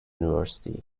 university